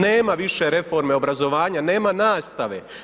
Nema više reforme obrazovanja, nema nastave.